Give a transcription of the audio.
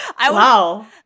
Wow